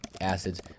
acids